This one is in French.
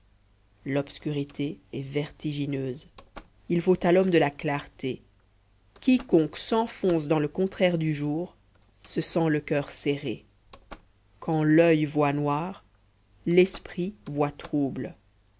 l'obscurité est vertigineuse il faut à l'homme de la clarté quiconque s'enfonce dans le contraire du jour se sent le coeur serré quand l'oeil voit noir l'esprit voit trouble